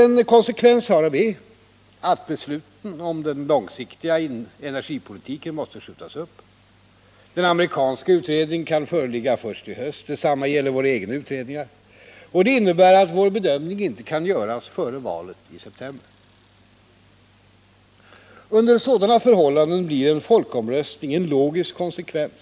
En konsekvens härav är att besluten om den långsiktiga energipolitiken måste skjutas upp. Den amerikanska utredningen kan föreligga först i höst. Detsamma gäller våra egna utredningar. Det innebär att vår bedömning inte kan göras före valet i september. Under sådana förhållanden blir en folkomröstning en logisk konsekvens